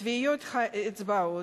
כגון טביעות אצבעות,